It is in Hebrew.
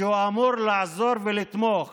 שאמור לעזור ולתמוך